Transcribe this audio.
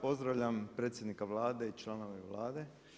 Pozdravljam predsjednika Vlade i članove Vlade.